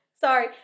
Sorry